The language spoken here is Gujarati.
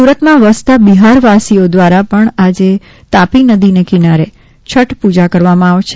સુરતમાં વસતા બિહારવાસીઓ દ્વારા પણ આજે તાપી નદીને કિનારે છઠ પૂજા કરવામાં આવશે